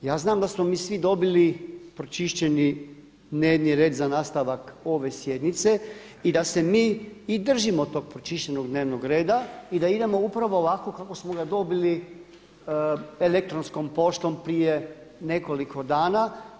Ja znam da smo mi svi dobili pročišćeni dnevni red za nastavak ove sjednice i da se mi i držimo tog pročišćenog dnevnog reda i da idemo upravo ovako kako smo ga dobili elektronskom poštom prije nekoliko dana.